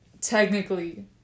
technically